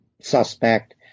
suspect